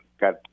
got